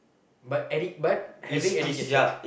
but edu~ but having education